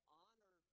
honor